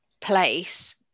place